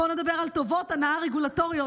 בואו נדבר על טובות הנאה רגולטוריות,